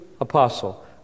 apostle